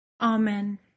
Amen